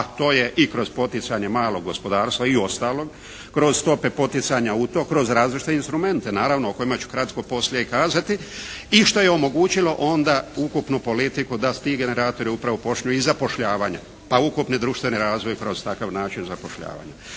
a to je i kroz poticanje malog gospodarstva i ostalog, kroz stope poticanja u to kroz različite instrumente naravno o kojima ću kratko poslije i kazati, i što je omogućilo onda ukupnu politiku da ti generatori upravo počnu i zapošljavanje, pa ukupni društveni razvoj kroz takav način zapošljavanja.